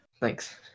Thanks